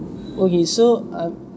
okay so um